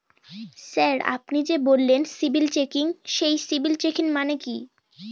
Sir আপনি যে বললেন সিবিল চেকিং সেই সিবিল চেকিং মানে কি?